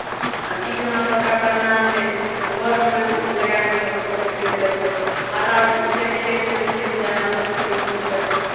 आब कि केना हमरा सभकेँ करना छै घरमे लगा कऽ घरमे फोटो घिँच लेबै हरा छै खेतमे खेतमे जा कऽ हमरा सभ फोटो घिँच लेबै